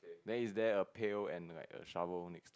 then is there a pail and like a shower mix